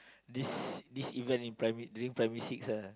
this this event in Primary during Primary six ah